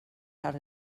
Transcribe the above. had